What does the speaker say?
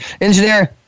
Engineer